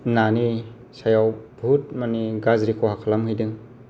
नानि सायाव मानि बुहुथ गाज्रि खहा खालामहैदों